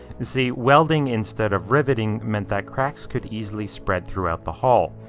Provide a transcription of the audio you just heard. and see, welding instead of riveting meant that cracks could easily spread throughout the hall.